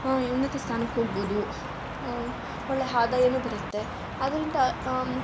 ಉನ್ನತ ಸ್ಥಾನಕ್ಕೋಗ್ಬಹುದು ಒಳ್ಳೆ ಆದಾಯನೂ ಬರುತ್ತೆ ಆದ್ದರಿಂದ